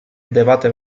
debate